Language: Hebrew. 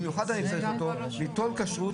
עם הממונה והמועצה הדתית והמועצה הדתית